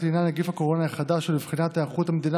לעניין נגף הקורונה החדש ולבחינת ההיערכות המדינה